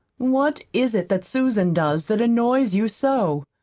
what is it that susan does that annoys you so?